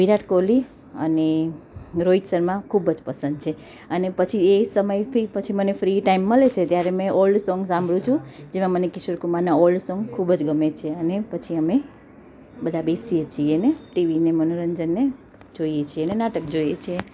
વિરાટ કોહલી અને રોહિત શર્મા ખૂબ જ પસંદ છે અને પછી એ સમયથી પછી મને ફ્રી ટાઈમ મળે છે ત્યારે મેં ઓલ્ડ સોંગ્સ સાંભળું છું જેમાં મને કિશોર કુમારના ઓલ્ડ સોંગ ખૂબ જ ગમે છે અને પછી અમે બધા બેસીએ છીએને ટીવીના મનોરંજનને જોઈએ છીએ અને નાટક જોઈએ છીએ